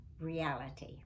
reality